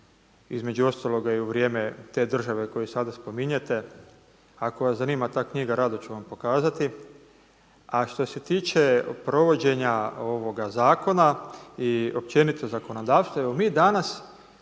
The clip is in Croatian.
između ostaloga i u vrijeme te države koju sada spominjete. Ako vas zanima ta knjiga rado ću vam pokazati. A što se tiče provođenje ovoga zakona i općenito zakonodavstva, evo mi danas